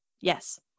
Yes